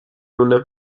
مونه